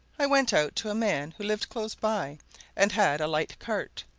i went out to a man who lived close by and had a light cart,